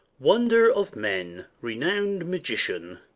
wonder of men, renowm'd magician,